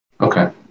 Okay